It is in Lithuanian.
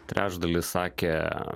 trečdalis sakė